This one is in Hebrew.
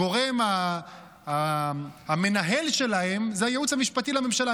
הגורם המנהל שלהם זה הייעוץ המשפטי לממשלה.